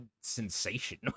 sensation